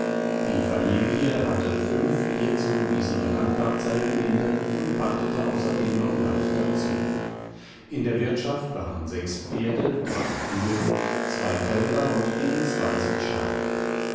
die familie hatte fünf ihr zugewiesene landparzellen inne und pachtete außerdem noch land dazu in der wirtschaft waren sechs pferde drei kühe zwei kälber und gegen zwanzig schafe